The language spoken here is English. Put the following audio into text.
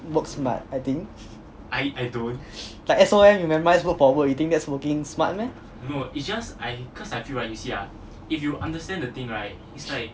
work smart I think like S_O_M you memorise work problems you think that's working smart meh